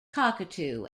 cockatoo